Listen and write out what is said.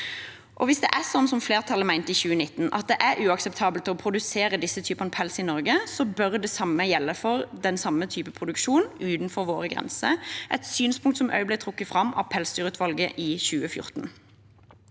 Hvis det er sånn som flertallet mente i 2019, at det er uakseptabelt å produsere disse typene pels i Norge, bør det samme gjelde for den samme typen produksjon utenfor våre grenser – et synspunkt som også ble trukket fram av pelsdyrutvalget i 2014.